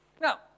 Now